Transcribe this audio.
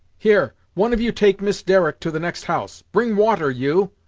here, one of you take miss derrick to the next house. bring water, you